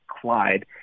Clyde